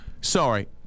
sorry